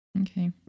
Okay